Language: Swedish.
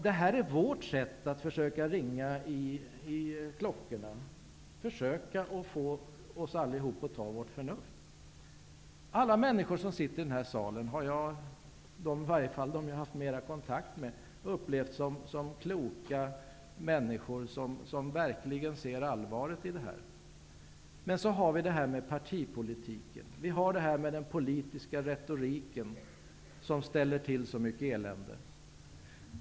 Det här är vårt sätt att försöka ringa i klockorna, försöka att få oss allihop att ta vårt förnuft. Alla människor som sitter i den här salen -- i varje fall dem som jag har haft mera kontakt med -- har jag upplevt som kloka människor som verkligen ser allvaret i situationen. Men så är det detta med partipolitiken och den politiska retoriken, som ställer till så mycket elände.